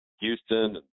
Houston